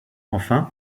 enfin